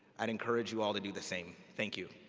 i would encourage you all to do the same. thank you.